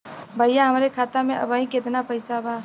भईया हमरे खाता में अबहीं केतना पैसा बा?